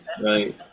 right